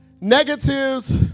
Negatives